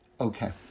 Okay